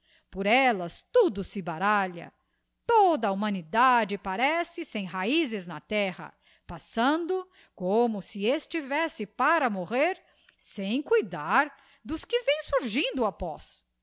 por ellas tudo se baralha toda a humanidade parece sem raizes na terra passando como si estivesse para morrer sem cuidar dos que vem surgindo após